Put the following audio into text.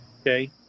Okay